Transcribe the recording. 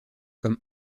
comme